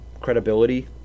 credibility